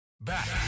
back